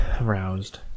aroused